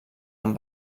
amb